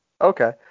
Okay